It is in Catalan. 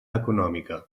econòmica